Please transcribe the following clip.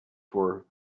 for